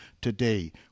today